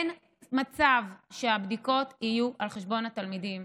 אין מצב שהבדיקות יהיו על חשבון התלמידים.